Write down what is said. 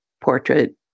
portrait